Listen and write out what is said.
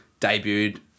debuted